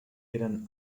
eren